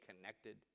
connected